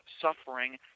suffering